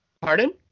Pardon